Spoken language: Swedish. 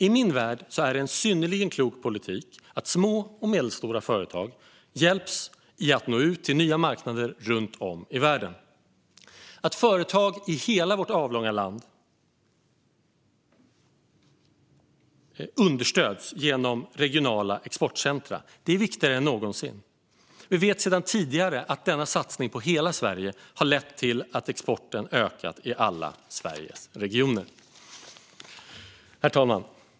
I min värld är det en synnerligen klok politik att små och medelstora företag hjälps i att nå ut till nya marknader runt om i världen. Att företag i hela vårt avlånga land understöds genom regionala exportcentrum är viktigare än någonsin. Vi vet sedan tidigare att denna satsning på hela Sverige har lett till att exporten ökat i alla Sveriges regioner. Herr talman!